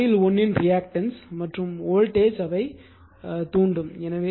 இது காயில் 1 இன் ரியாக்டன்ஸ் மற்றும் வோல்டேஜ் அதைத் தூண்டும்